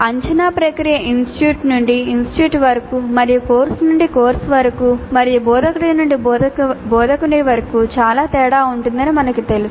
అంచనా ప్రక్రియ ఇన్స్టిట్యూట్ నుండి ఇన్స్టిట్యూట్ వరకు మరియు కోర్సు నుండి కోర్సు వరకు మరియు బోధకుడు నుండి బోధకుడి వరకు చాలా తేడా ఉంటుందని మాకు తెలుసు